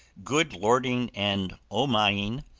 good-lording and o-mying,